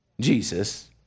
Jesus